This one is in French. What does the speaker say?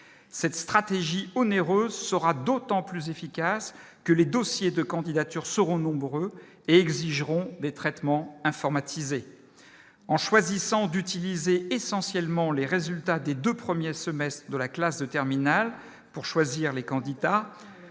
cette stratégie onéreuse sera d'autant plus efficaces que les dossiers de candidature seront nombreuses et exigeront des traitements informatisés en choisissant d'utiliser essentiellement les résultats des 2 premiers semestres de la classe de terminale pour choisir les candidats